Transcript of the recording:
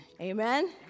Amen